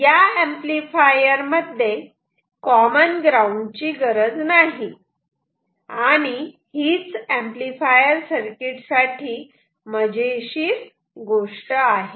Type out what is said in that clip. आता या एंपलीफायर मध्ये या कॉमन ग्राऊंड ची गरज नाही आणि हीच ऍम्प्लिफायर सर्किट साठी मजेशीर गोष्ट आहे